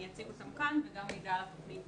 אציג אותם כאן ויש לי גם מידע כללי.